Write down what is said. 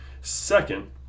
Second